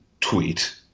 tweet